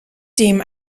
dem